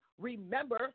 remember